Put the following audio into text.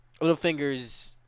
Littlefinger's